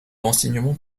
renseignements